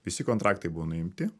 visi kontraktai buvo nuimti